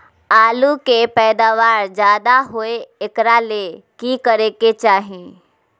आलु के पैदावार ज्यादा होय एकरा ले की करे के चाही?